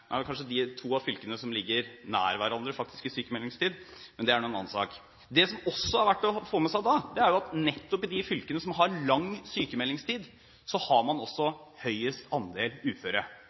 er disse to fylkene kanskje de fylkene som ligger nær hverandre i sykmeldingstid, men det er nå en annen sak. Det som også er verdt å få med seg, er at nettopp i de fylkene som har lang sykmeldingstid, har man også høyest andel uføre.